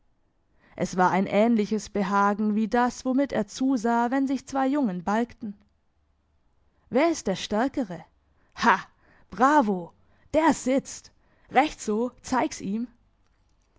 es war ein ähnliches behagen wie das womit er zusah wenn sich zwei jungen balgten wer ist der stärkere ha bravo der sitzt recht so zeig's ihm